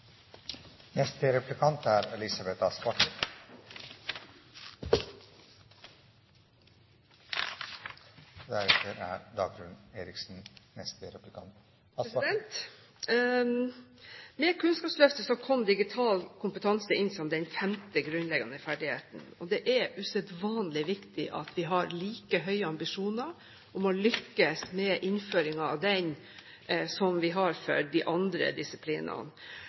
Med Kunnskapsløftet kom digital kompetanse inn som den femte grunnleggende ferdigheten, og det er usedvanlig viktig at vi har like høye ambisjoner om å lykkes med innføringen av den som vi har når det gjelder de andre disiplinene.